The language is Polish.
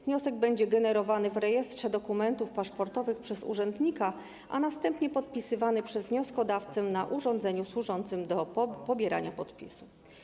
Wniosek będzie generowany w rejestrze dokumentów paszportowych przez urzędnika, a następnie podpisywany przez wnioskodawcę na urządzeniu służącym do pobierania podpisu.